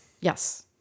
Yes